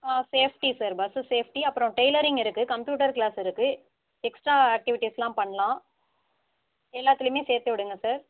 ஆ safety sir bus safety அப்புறம் tailoring இருக்கு computer class இருக்கு எக்ஸ்ட்ரா ஆக்டிவிட்டிஸ்லாம் பண்ணலான் எல்லாத்துலையுமே சேர்த்து விடுங்கள் சார்